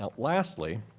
ah lastly,